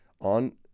on